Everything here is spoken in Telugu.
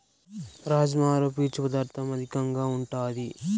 రాజ్మాలో పీచు పదార్ధం అధికంగా ఉంటాది